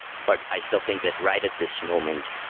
but i still think that right at this moment,